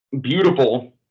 beautiful